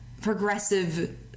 progressive